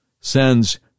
sends